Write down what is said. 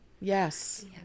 Yes